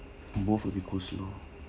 both would be coleslaw